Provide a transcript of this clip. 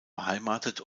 beheimatet